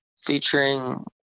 featuring